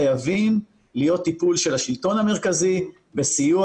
חייב להיות טיפול של השלטון המרכזי בסיוע